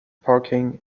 parking